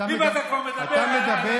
אם אתה כבר מדבר על, והקיצוניים.